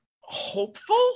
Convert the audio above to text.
hopeful